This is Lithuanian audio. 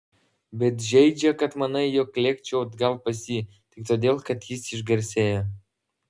bet žeidžia kad manai jog lėkčiau atgal pas jį tik todėl kad jis išgarsėjo